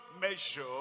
Measure